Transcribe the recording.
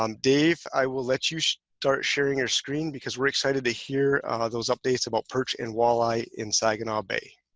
um dave, i will let you start sharing your screen because we're excited to hear those updates about perch and walleye in saginaw bay.